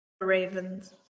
Ravens